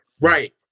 Right